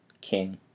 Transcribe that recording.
King